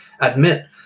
admit